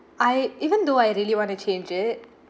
I even though I really want to change it